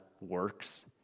works